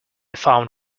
found